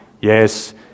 yes